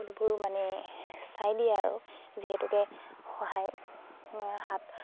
সকলোবোৰ মানে চাই দিয়ে আৰু যিহেতুকে সহায়ৰ হাত আগবঢ়ায়